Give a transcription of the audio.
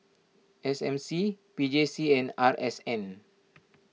S M C P J C and R S N